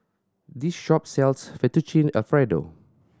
this shop sells Fettuccine Alfredo